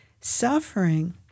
suffering